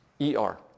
E-R